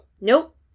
Nope